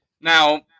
now